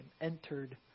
entered